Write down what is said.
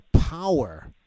power